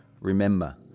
Remember